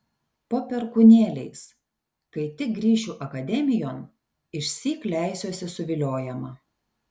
po perkūnėliais kai tik grįšiu akademijon išsyk leisiuosi suviliojama